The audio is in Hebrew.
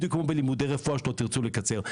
בדיוק כמו לימודי רפואה שלא תרצו לקצר.